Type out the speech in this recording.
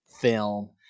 film